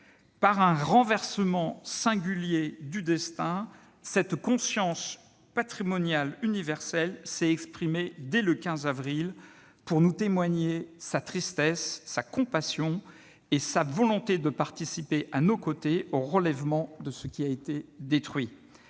Par un renversement singulier du destin, cette conscience patrimoniale universelle s'est exprimée, dès le 15 avril, pour nous témoigner sa tristesse, sa compassion et sa volonté de participer à nos côtés au relèvement de ce qui a été détruit.